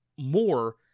more